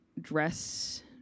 dress